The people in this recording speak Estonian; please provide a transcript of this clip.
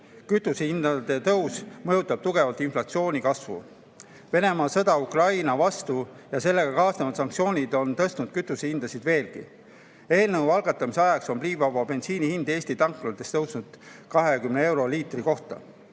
Kütusehindade tõus mõjutab tugevalt inflatsiooni kasvu. Venemaa sõda Ukraina vastu ja sellega kaasnevad sanktsioonid on tõstnud kütusehindasid veelgi. Eelnõu algatamise ajaks on pliivaba bensiini hind Eesti tanklates tõusnud üle 2 euro liitri kohta.